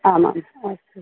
आमाम् अस्तु